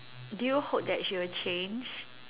do you hope that she will change